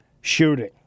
shooting